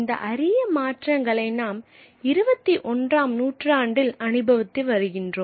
இந்த அரிய மாற்றங்களை நாம் 21 ம் நூற்றாண்டில் அனுபவித்து வருகின்றோம்